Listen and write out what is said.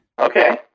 Okay